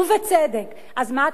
ובצדק.